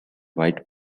white